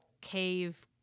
cave